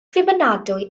ddibynadwy